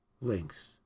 links